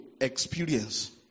experience